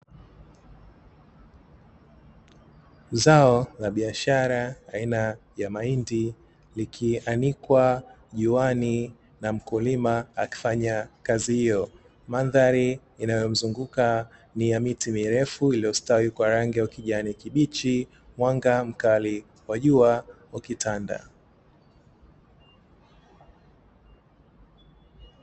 Zao la biashara aina ya mahindi likianikwa juani na mkulima akifanya kazi hiyo. Mandhari inayo mzunguka ni ya miti mirefu iliyostawi kwa rangi ya ukijani kibichi, mwanga mkali wa jua ukitanda.